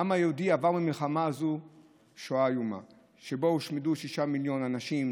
העם היהודי עבר במלחמה הזאת שואה איומה שבה הושמדו שישה מיליון אנשים,